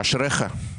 אשריך.